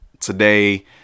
Today